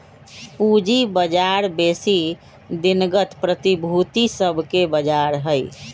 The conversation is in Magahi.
पूजी बजार बेशी दिनगत प्रतिभूति सभके बजार हइ